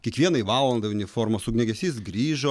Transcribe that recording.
kiekvienai valandai uniformos ugniagesys grįžo